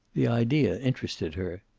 the idea interested her.